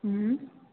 उह